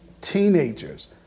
teenagers